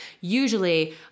usually